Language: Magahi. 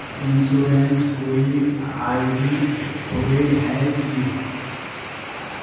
इंश्योरेंस कोई आई.डी होय है की?